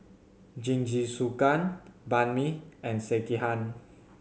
Jingisukan Banh Mi and Sekihan